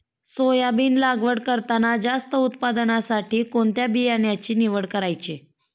Soybean लागवड करताना जास्त उत्पादनासाठी कोणत्या बियाण्याची निवड करायची?